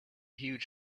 huge